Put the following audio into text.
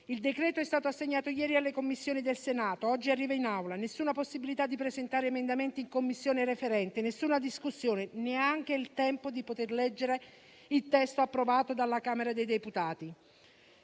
di legge è stato assegnato ieri alle Commissioni del Senato e oggi arriva in Assemblea; nessuna possibilità di presentare emendamenti in Commissione in sede referente, nessuna discussione, neanche il tempo di poter leggere il testo approvato dalla Camera dei deputati.